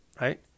right